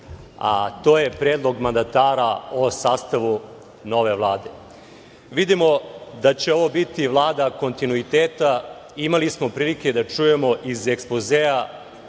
a to je predlog mandatara o sastavu nove Vlade. Vidimo da će ovo biti Vlada kontinuiteta. Imali smo prilike da čujemo iz ekspozea